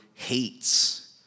Hates